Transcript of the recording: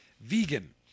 vegan